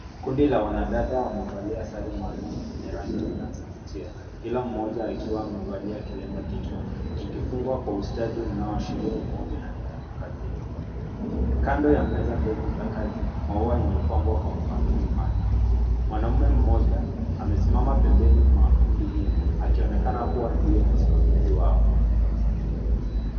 Kundi la wanadada wamevalia sare maalum zenye rangi zinazovutia. Kila mmoja akiwa amevalia kilemba kichwani, kikifungwa kwa ustadi unaoashiria umoja na nidhamu kazini. Kando ya meza ndefu za kazi, maua yamepangwa kwa mpangilio maalum. Mwanamume mmoja, amesimama pembeni mwa kundi hilo, akionekana kuwa ndiye msimamizi wao.